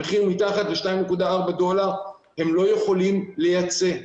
המחיר הוא מתחת ל-2.4 דולר והם לא יכולים לייצא.